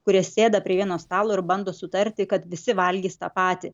kurie sėda prie vieno stalo ir bando sutarti kad visi valgys tą patį